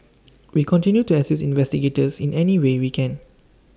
we continue to assist investigators in any way we can